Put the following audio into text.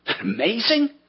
Amazing